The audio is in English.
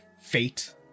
fate